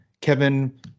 kevin